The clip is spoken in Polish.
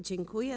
Dziękuję.